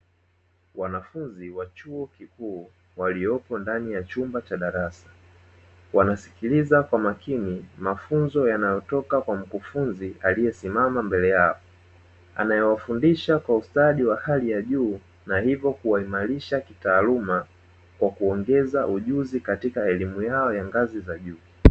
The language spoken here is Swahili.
Wanafunzi wa chuo kikuu waliopo ndani ya chumba cha darasa wanasikiliza kwa makini mafunzo yanayotoka kwa mkufunzi aliyesimama mbele yao, anayewafundisha kwa ustadi wa hali ya juu na hivyo kuwaimarisha kitaaluma kwa kuongeza ujuzi katika elimu yao ya ngazi za juu.